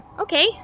okay